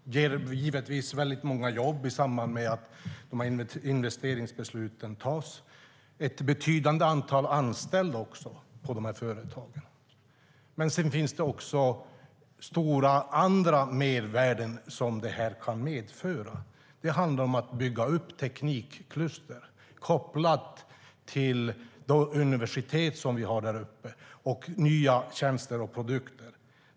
Det ger givetvis väldigt många jobb i samband med att investeringsbesluten tas, och det är ett betydande antal anställda på dessa företag. Sedan kan detta medföra andra stora mervärden. Det handlar om att bygga upp teknikkluster kopplat till de universitet som vi har där uppe och nya tjänster och produkter.